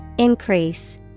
Increase